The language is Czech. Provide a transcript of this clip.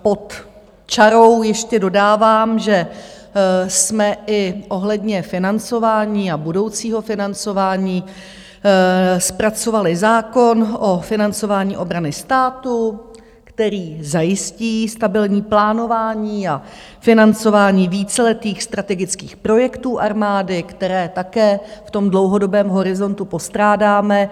Pod čarou ještě dodávám, že jsme i ohledně financování a budoucího financování zpracovali zákon o financování obrany státu, který zajistí stabilní plánování a financování víceletých strategických projektů armády, které také v tom dlouhodobém horizontu postrádáme.